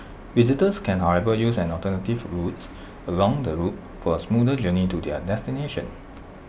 visitors can however use alternative routes along the loop for A smoother journey to their destination